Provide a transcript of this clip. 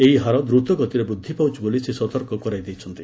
ଏହି ହାର ଦ୍ରୁତଗତିରେ ବୃଦ୍ଧି ପାଉଛି ବୋଲି ସେ ସତର୍କ କରାଇ ଦେଇଛନ୍ତି